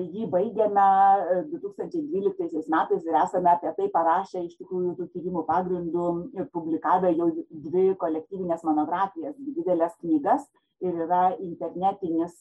jį baigėme du tūkstančiai dvyliktaisiais metais ir esame apie tai parašę iš tikrųjų tų tyrimų pagrindu ir publikavę jau dvi kolektyvines monografijas dideles knygas ir yra internetinis